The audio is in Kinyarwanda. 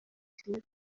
kimwe